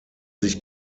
sich